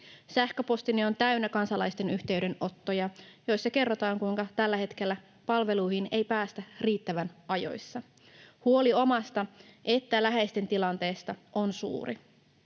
Sähköpostini on täynnä kansalaisten yhteydenottoja, joissa kerrotaan, kuinka tällä hetkellä palveluihin ei päästä riittävän ajoissa. Huoli sekä omasta että läheisten tilanteesta on suuri.